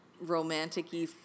romantic-y